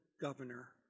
governor